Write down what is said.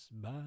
Bye